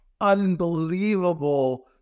unbelievable